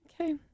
Okay